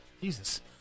Jesus